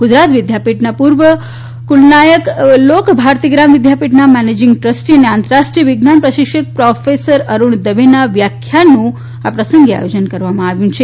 ગુજરાત વિદ્યાપીઠના પુર્વ કુલ નાયક લોકભારતી ગ્રામ વિદ્યાપીઠના મેનેજીંગ ટ્રસ્ટી અને આંતરરાષ્ટ્રીય વિજ્ઞાન પ્રશિક્ષક પ્રોફેસર અરુણ દવેના વ્યાખ્યાનનું આયોજન કરવામાં આવ્યું છે